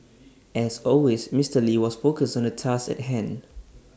as always Mister lee was focused on the task at hand